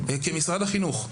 במשרד החינוך,